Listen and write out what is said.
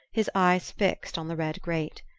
his eyes fixed on the red grate.